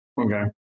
Okay